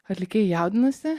atlikėjai jaudinasi